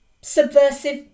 subversive